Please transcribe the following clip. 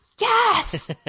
Yes